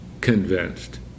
convinced